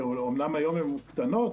שאומנם היום הן קטנות,